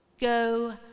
go